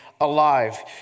alive